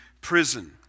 prison